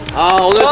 oh